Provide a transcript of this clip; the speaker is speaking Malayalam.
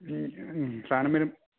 മ്മ് മ്മ് സാധനം വരും